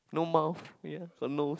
no mouth ya got nose